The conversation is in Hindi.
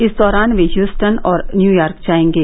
इस दौरान वे ह्यूस्टन और न्यूयॉर्क जाएंगे